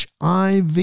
HIV